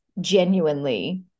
genuinely